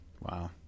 Wow